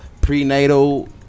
prenatal